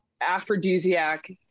aphrodisiac